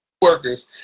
workers